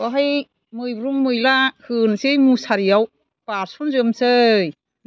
बेवहाय मैब्रुं मैला होनोसै मुसारियाव बारस'नजोबनोसै